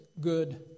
good